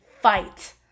fight